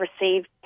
received